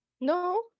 No